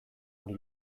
hori